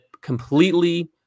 completely